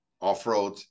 off-road